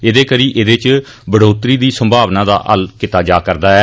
एहदे करी एहदे इच बढोतरी दी संभावनाएं दा हल कीता जा रदा ऐ